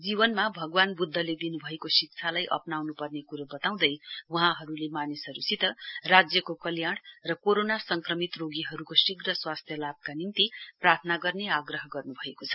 जीवनमा भगवान बुद्धले दिनुभएको शिक्षालाई अप्नाउन् पर्ने क्रो बताउँदै वहाँहरूले मानिसहरूसित राज्यको कल्याण र कोरोणा संक्रमित रोगीहरूको शीघ्र स्वास्थ्य लाभका निम्ति प्राथना गर्ने आग्रह गर्न्भएको छ